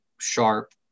sharp